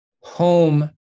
home